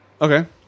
Okay